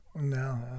No